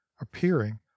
appearing